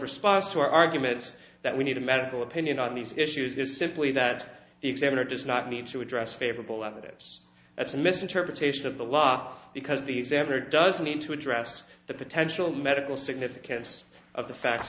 response to arguments that we need a medical opinion on these issues is simply that the examiner does not need to address favorable evidence that's a misinterpretation of the law because the examiner doesn't need to address the potential medical significance of the facts